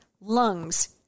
lungs